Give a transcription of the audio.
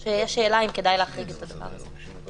יש שאלה אם כדאי להחריג את הדבר הזה.